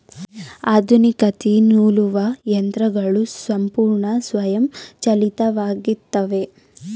ಆಧುನಿಕ ತ್ತಿ ನೂಲುವ ಯಂತ್ರಗಳು ಸಂಪೂರ್ಣ ಸ್ವಯಂಚಾಲಿತವಾಗಿತ್ತವೆ